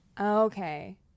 Okay